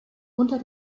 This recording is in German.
unter